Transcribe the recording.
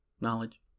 knowledge